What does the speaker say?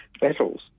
battles